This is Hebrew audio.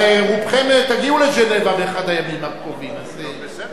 הרי רובכם תגיעו לז'נבה באחד הימים, בסדר.